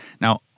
Now